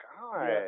God